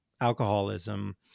alcoholism